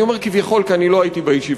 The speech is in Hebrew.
אני אומר "כביכול" כי אני לא הייתי בישיבה,